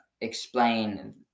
explain